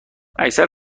اکثر